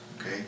Okay